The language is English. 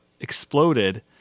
exploded